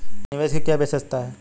निवेश की क्या विशेषता है?